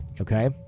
okay